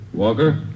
Walker